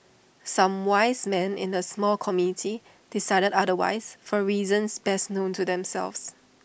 some wise men in the small committee decided otherwise for reasons best known to themselves